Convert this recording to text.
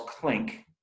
Clink